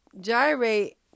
gyrate